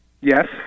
Yes